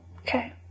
Okay